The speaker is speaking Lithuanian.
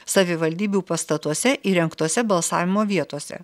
savivaldybių pastatuose įrengtose balsavimo vietose